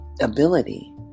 ability